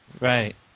right